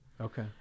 Okay